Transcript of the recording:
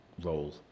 role